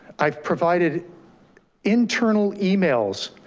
i've provided internal emails